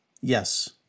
Yes